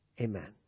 amen